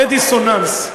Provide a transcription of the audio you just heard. זה דיסוננס,